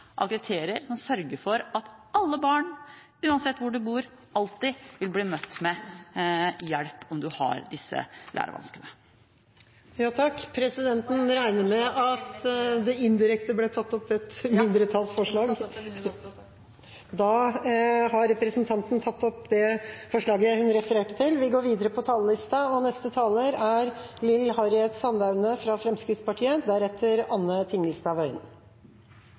av kriterier som sørger for at alle barn, uansett hvor de bor, alltid blir møtt med hjelp om de har disse lærevanskene. Presidenten regner med at det indirekte ble tatt opp et mindretallsforslag. Jeg tar opp forslaget fra Arbeiderpartiet, Senterpartiet og Sosialistisk Venstreparti. Da har representanten Marianne Aasen tatt opp det forslaget hun refererte til